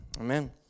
amen